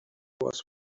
was